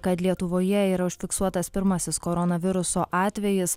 kad lietuvoje yra užfiksuotas pirmasis koronaviruso atvejis